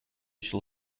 shall